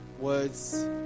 words